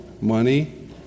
money